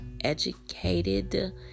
educated